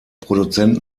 produzent